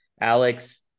Alex